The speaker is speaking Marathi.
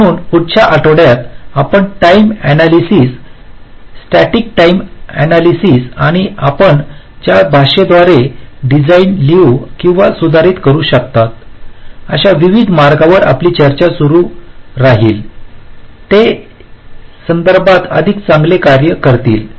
म्हणून पुढच्या आठवड्यात आपण time analysis static time analysis आणि आपण ज्या भाषेद्वारे डिझाइन लिहू किंवा सुधारित करू शकता अशा विविध मार्गांवर आपली चर्चा सुरू होईल जेणेकरून ते त्या संदर्भात अधिक चांगले कार्य करतील